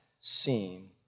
seen